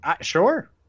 Sure